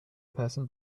person